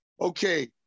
okay